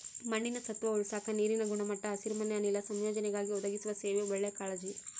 ಮಣ್ಣಿನ ಸತ್ವ ಉಳಸಾಕ ನೀರಿನ ಗುಣಮಟ್ಟ ಹಸಿರುಮನೆ ಅನಿಲ ಸಂಯೋಜನೆಗಾಗಿ ಒದಗಿಸುವ ಸೇವೆ ಒಳ್ಳೆ ಕಾಳಜಿ